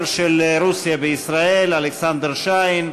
של רוסיה בישראל אלכסנדר שיין,